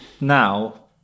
now